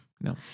No